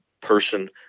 person